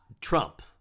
Trump